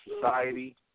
society